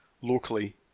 locally